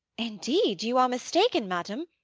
indeed, you are mistaken, madam.